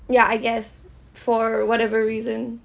ya I guess for whatever reason